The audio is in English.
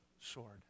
sword